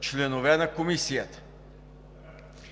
членове на Комисията.